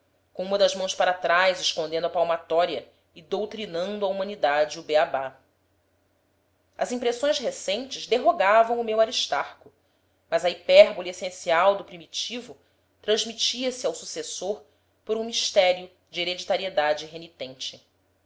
com uma das mãos para trás escondendo a palmatória e doutrinando à humanidade o bê á bá as impressões recentes derrogavam o meu aristarco mas a hipérbole essencial do primitivo transmitia se ao sucessor por um mistério de hereditariedade